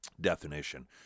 definition